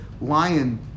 lion